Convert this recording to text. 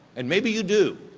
and maybe you do.